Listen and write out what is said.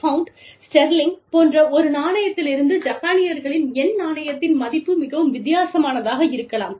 bound sterling போன்ற ஒரு நாணயத்திலிருந்து ஜப்பானியர்களின் யென் நாணயத்தின் மதிப்பு மிகவும் வித்தியாசமானதாக இருக்கலாம்